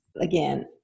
Again